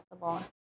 possible